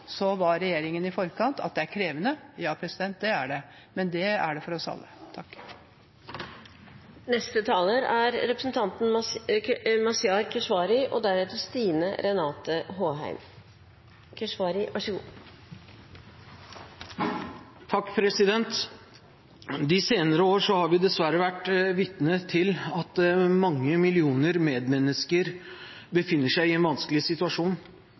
var regjeringen i forkant. At det er krevende – ja, det er det, men det er det for oss alle. De senere år har vi dessverre vært vitne til at mange millioner medmennesker befinner seg i en vanskelig situasjon, med krig og oppblomstring av ondskapsfulle organisasjoner med ideologier som kan sidestilles med nazisme. Dette har resultert i at mange millioner mennesker er på flukt i